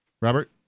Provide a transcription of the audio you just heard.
Robert